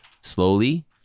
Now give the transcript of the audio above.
slowly